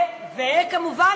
וכמובן,